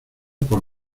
por